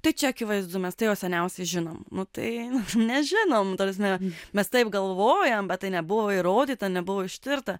tai čia akivaizdu mes tai jau seniausiai žinom tai nežinom ta prasme mes taip galvojam bet tai nebuvo įrodyta nebuvo ištirta